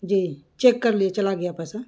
جی check کر لیے چلا گیا پیسہ